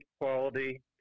quality